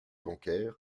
bancaire